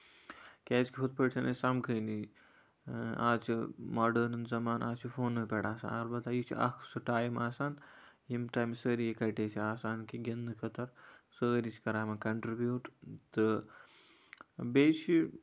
کیازِ کہِ ہُتھ پٲٹھۍ چھِنہٕ أسۍ سَمکھٲنی آز چھُ موڈٲرٕن زَمانہٕ آز چھِ فونَن پٮ۪ٹھ آسان اَلبتہ یہِ چھُ اکھ سُہ ٹایم آسان ییٚمہِ ٹایمہٕ سٲرٕے اِکَٹھے چھِ آسان کہِ گِندنہٕ خٲطرٕ سٲری چھِ کران وۄنۍ کَنٹربیوٗٹ تہٕ بیٚیہِ چھُ